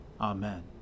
Amen